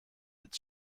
its